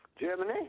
Germany